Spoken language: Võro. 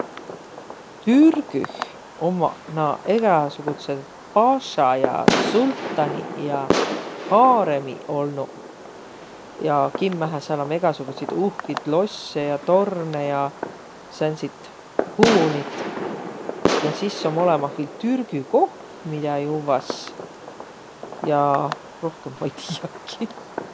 Türgüh ommaq naaq egäsugudsõq pašaq ja sultaniq ja haarõmiq olnuq. Ja kimmähe sääl om egäsugutsit uhkit lossõ ja tornõ ja sääntsit huunit. Ja sis om olõmah viil türgü kohv, midä juvvas. Ja rohkõmb ma ei tiiäki.